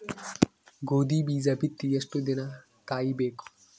ಗೋಧಿ ಬೀಜ ಬಿತ್ತಿ ಎಷ್ಟು ದಿನ ಕಾಯಿಬೇಕು?